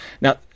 now